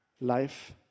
life